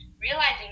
realizing